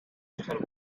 nuestros